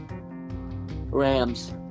Rams